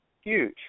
huge